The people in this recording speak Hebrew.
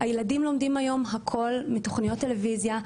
הילדים לומדים היום הכל מתכניות טלויזיה.